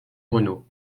renault